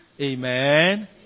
Amen